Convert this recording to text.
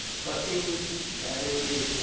cutting that is the,